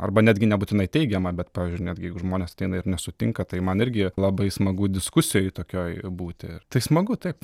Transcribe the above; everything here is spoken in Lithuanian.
arba netgi nebūtinai teigiama bet pavyzdžiui netgi jeigu žmonės ateina ir nesutinka tai man irgi labai smagu diskusijoj tokioj būti ir tai smagu taip